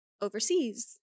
overseas